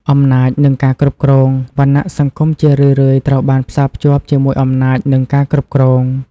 អំណាច និងការគ្រប់គ្រង វណ្ណៈសង្គមជារឿយៗត្រូវបានផ្សារភ្ជាប់ជាមួយអំណាច និងការគ្រប់គ្រង។